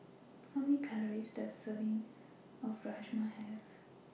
How Many Calories Does A Serving of Rajma Have